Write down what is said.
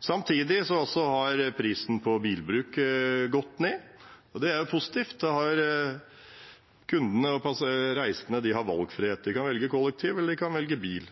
Samtidig har også prisen på bilbruk gått ned, og det er positivt. Da har kundene og reisende valgfrihet. De kan velge kollektivt, eller de kan velge bil.